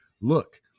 look